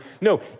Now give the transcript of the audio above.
No